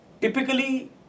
Typically